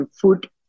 food